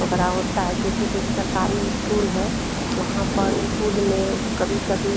ओकरा होता है जैसे कि एक सरकारी इस्कूल है वहाँ पर इस्कूल में कभी कभी